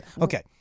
Okay